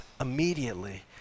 immediately